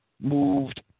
moved